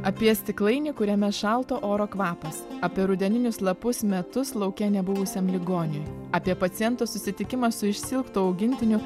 apie stiklainį kuriame šalto oro kvapas apie rudeninius lapus metus lauke nebuvusiam ligoniui apie paciento susitikimą su išsiilgtu augintiniu